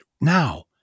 now